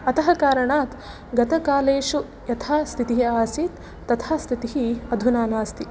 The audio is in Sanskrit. अतः कारणात् गतकालेषु यथा स्थितिः आसीत् तथा स्थितिः अधुना नास्ति